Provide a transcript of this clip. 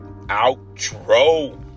Outro